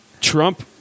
Trump